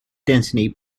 density